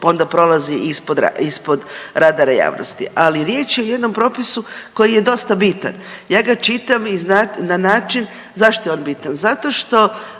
onda prolazi ispod, ispod radara javnosti. Ali riječ je o jedno propisu koji je dosta bitan. Ja ga čitam na način, zašto je on bitan, zato što